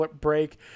break